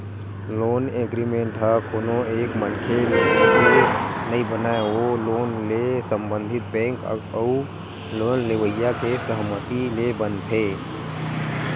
loan agreement ह कोनो एक मनखे के नइ बनय ओ लोन ले संबंधित बेंक अउ लोन लेवइया के सहमति ले बनथे